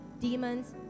demons